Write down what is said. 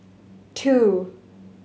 two